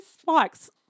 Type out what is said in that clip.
spikes